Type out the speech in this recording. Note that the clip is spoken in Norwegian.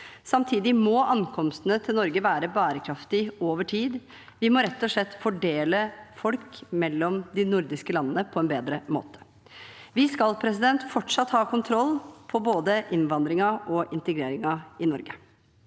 Samtidig må ankomstene til Norge være bærekraftig over tid. Vi må rett og slett fordele folk mellom de nordiske landene på en bedre måte. Vi skal fortsatt ha kontroll på både innvandringen til og integreringen i Norge.